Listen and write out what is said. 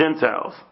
Gentiles